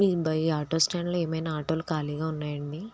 auto స్టాండ్లో ఏమైనా ఆటోలు ఖాళీగా ఉన్నాయండి